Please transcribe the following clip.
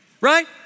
right